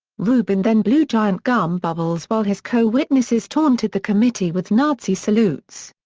rubin then blew giant gum bubbles while his co-witnesses taunted the committee with nazi salutes.